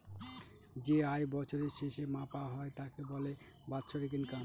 যে আয় বছরের শেষে মাপা হয় তাকে বলে বাৎসরিক ইনকাম